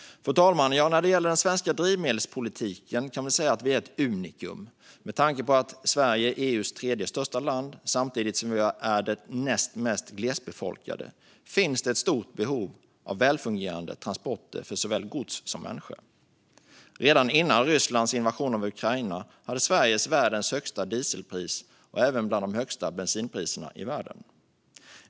Fru talman! När det gäller den svenska drivmedelspolitiken är vi ett unikum. Med tanke på att Sverige är EU:s tredje största land, samtidigt som vi är det näst mest glesbefolkade, finns det ett stort behov av välfungerande transporter för såväl gods som människor. Redan innan Rysslands invasion av Ukraina hade Sverige världens högsta dieselpris och även bland de högsta bensinpriserna i världen.